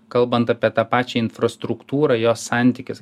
kalbant apie tą pačią infrastruktūrą jos santykis